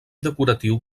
decoratiu